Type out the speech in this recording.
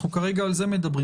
אנחנו כרגע מדברים על זה.